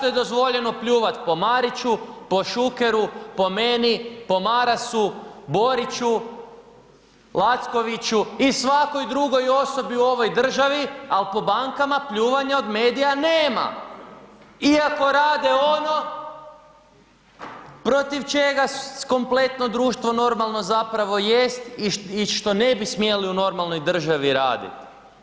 Zašto je dozvoljeno pljuvat po Mariću, po Šukeru, po meni, po Marasu, Boriću, Lackoviću i svakoj drugoj osobi u ovoj državi, ali po bankama pljuvanja od medija nema iako rade ono protiv čega kompletno društvo normalno zapravo jest i što ne bi smjeli u normalnoj državi raditi.